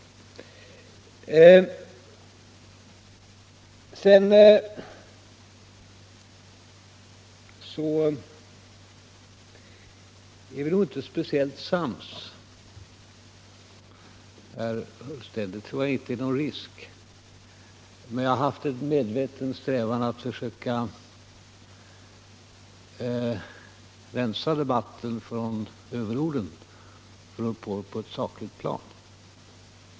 Sedan är vi nog inte speciellt sams herr Bohman och jag — det tror jag inte är någon risk, herr Ullsten. Men jag har haft en medveten strävan att försöka rensa debatten från överorden för att få ned den på ett sakligt plan.